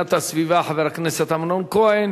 והגנת הסביבה, חבר הכנסת אמנון כהן.